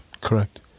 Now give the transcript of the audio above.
Correct